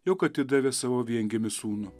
jog atidavė savo viengimį sūnų